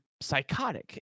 psychotic